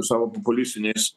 savo populistiniais